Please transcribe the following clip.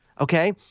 Okay